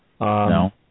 No